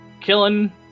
Killing